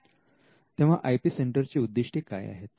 तेव्हा I P centre ची उद्दिष्टे काय आहेत